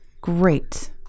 great